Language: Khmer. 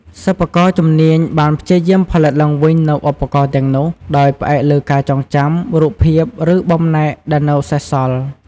សិប្បករជំនាញបានព្យាយាមផលិតឡើងវិញនូវឧបករណ៍ទាំងនោះ ដោយផ្អែកលើការចងចាំ រូបភាព ឬបំណែកដែលនៅសេសសល់។